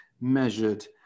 measured